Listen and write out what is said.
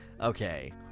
Okay